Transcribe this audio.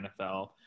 NFL